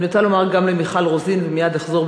ואני רוצה לומר גם למיכל רוזין, ומייד אחזור,